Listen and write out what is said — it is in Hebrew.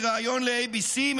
בראיון ל-ABC,